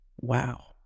wow